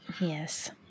yes